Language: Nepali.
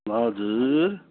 हजुर